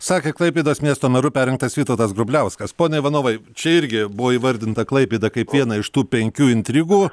sakė klaipėdos miesto meru perrinktas vytautas grubliauskas pone ivanovai čia irgi buvo įvardinta klaipėda kaip viena iš tų penkių intrigų